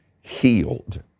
healed